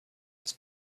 his